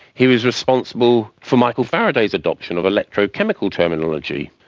he was responsible for michael faraday's adoption of electrochemical terminology,